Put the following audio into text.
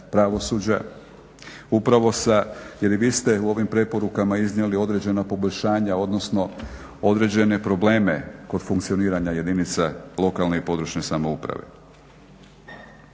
pravosuđa upravo sa, jer vi ste u ovim preporukama iznijeli određena poboljšanja odnosno određene probleme kod funkcioniranja jedinica lokalne i područne samouprave.